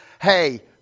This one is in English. hey